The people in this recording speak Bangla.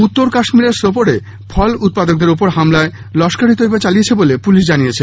উত্তর কাশ্মীরের সোপোরে ফল উৎপাদকদের ওপর হামলা লস্কর ই তইবা চালিয়েছে বলে পুলিশ জানিয়েছে